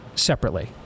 separately